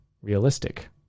Realistic